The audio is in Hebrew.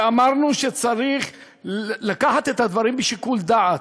ואמרנו שצריך לקחת את הדברים בשיקול דעת,